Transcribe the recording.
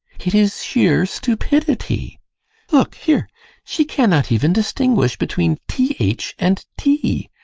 it is sheer stupidity look here she cannot even distinguish between th and t.